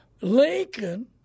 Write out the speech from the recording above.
Lincoln